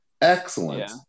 excellent